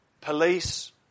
police